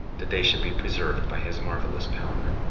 that they should be preserved by his marvelous power.